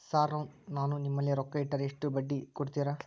Sir ನಾನು ನಿಮ್ಮಲ್ಲಿ ರೊಕ್ಕ ಇಟ್ಟರ ಎಷ್ಟು ಬಡ್ಡಿ ಕೊಡುತೇರಾ?